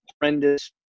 horrendous